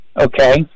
okay